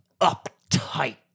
uptight